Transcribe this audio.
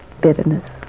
bitterness